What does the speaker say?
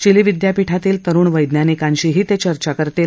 chilli विद्यापिठातील तरुण वैज्ञानिकांशीही ते चर्चा करणार आहेत